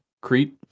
Crete